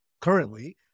currently